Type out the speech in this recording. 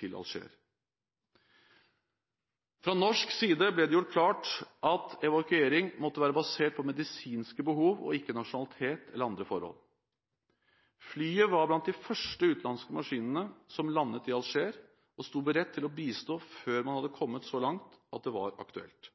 til Alger. Fra norsk side ble det gjort klart at evakuering måtte være basert på medisinske behov og ikke nasjonalitet eller andre forhold. Flyet var blant de første utenlandske maskinene som landet i Alger, og sto beredt til å bistå før man hadde kommet så langt at det var aktuelt.